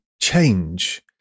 change